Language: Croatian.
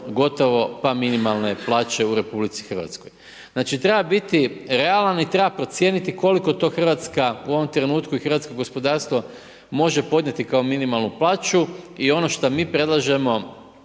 gotovo pa minimalne plaće u RH. Znači treba biti realan i treba procijeniti koliko to Hrvatska u ovom trenutku i hrvatsko gospodarstvo može podnijeti kao minimalnu plaću i ono što mi predlažemo